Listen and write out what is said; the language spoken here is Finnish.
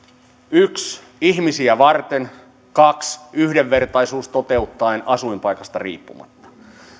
yksi ihmisiä varten kaksi yhdenvertaisuus toteuttaen asuinpaikasta riippumatta